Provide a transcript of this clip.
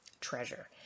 treasure